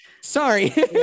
Sorry